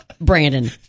Brandon